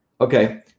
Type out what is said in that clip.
Okay